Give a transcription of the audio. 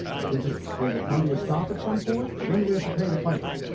does it does it come to a stop at some point? when do we have to pay the piper?